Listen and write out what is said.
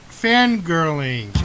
fangirling